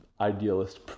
idealist